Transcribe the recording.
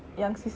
yang sis~